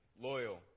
loyal